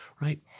right